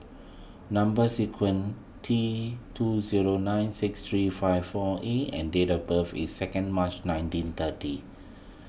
Number Sequence T two zero nine six three five four A and date of birth is second March nineteen thirty